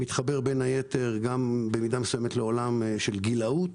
זה מתחבר בין היתר במידה מסוימת לעולם של גילאות,